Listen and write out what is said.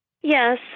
Yes